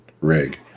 rig